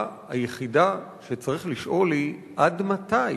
אנחנו מזדהים עם המלים של דובר "הג'יהאד האסלאמי".